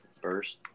burst